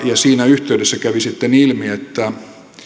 siinä yhteydessä kävi sitten ilmi että